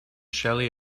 shelly